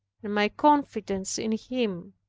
and my confidence in him